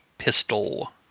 Pistol